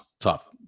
tough